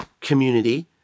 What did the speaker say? community